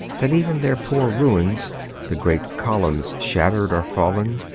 that even their poor ruins the great columns shattered or fallen,